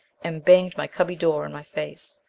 and banged my cubby door in my face.